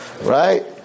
right